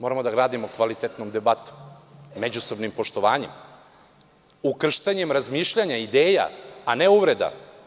Moramo da gradimo kvalitetnu debatu međusobnim poštovanjem, ukrštanjem razmišljanja i ideja, a ne uvreda.